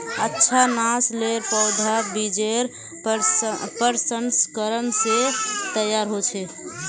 अच्छा नासलेर पौधा बिजेर प्रशंस्करण से तैयार होचे